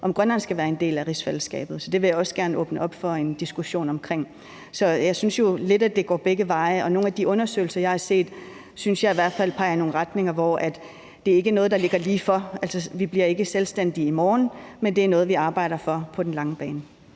om Grønland skal være en del af rigsfællesskabet. Så det vil jeg også gerne åbne op for en diskussion omkring. Så jeg synes jo lidt, at det går begge veje. Og nogle af de undersøgelser, jeg har set, synes jeg i hvert fald peger i nogle retninger, hvor det ikke er noget, der ligger lige for. Altså, vi bliver ikke selvstændige i morgen, men det er noget, vi arbejder for på den lange bane.